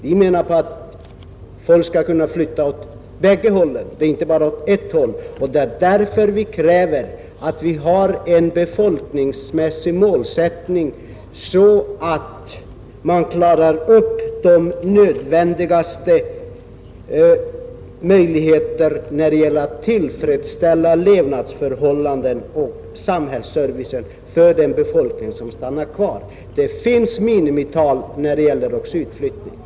Vi menar att folk skall kunna flytta åt bägge hållen, och det är därför vi kräver en befolknings mässig målsättning som innebär att man kan säkerställa förutsättningarna att erbjuda tillfredsställande levnadsförhållanden och samhällsservice för den befolkning som stannar kvar. Det finns minimital i det avseendet också norröver.